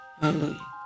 Hallelujah